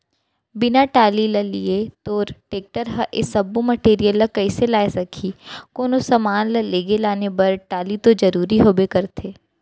बिना टाली ल लिये तोर टेक्टर ह ए सब्बो मटेरियल ल कइसे लाय सकही, कोनो समान ल लेगे लाने बर टाली तो जरुरी होबे करथे